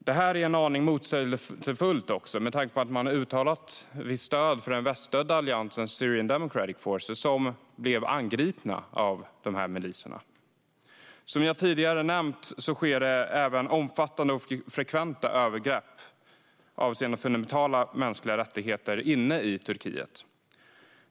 Det är dessutom en aning motsägelsefullt med tanke på att man har uttalat visst stöd för den väststödda alliansen Syrian Democratic Forces, som blev angripen av dessa miliser. Som jag tidigare nämnt sker även omfattande och frekventa övergrepp på fundamentala mänskliga rättigheter inne i Turkiet.